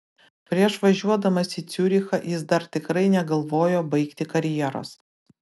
prieš važiuodamas į ciurichą jis dar tikrai negalvojo baigti karjeros